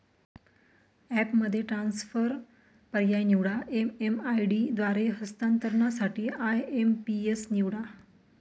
ॲपमध्ये ट्रान्सफर पर्याय निवडा, एम.एम.आय.डी द्वारे हस्तांतरणासाठी आय.एम.पी.एस निवडा